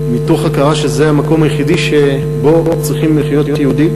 מתוך הכרה שזה המקום היחיד שבו צריכים לחיות יהודים.